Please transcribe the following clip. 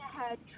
ahead